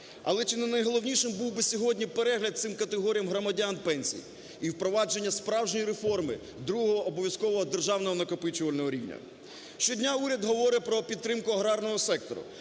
але чи не найголовнішим був би сьогодні перегляд цим категоріям громадян пенсій і впровадження справжньої реформи другого обов'язкового державного накопичувального рівня. Щодня уряд говорить про підтримку аграрного сектору.